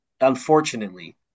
Unfortunately